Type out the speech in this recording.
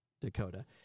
Dakota